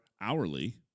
hourly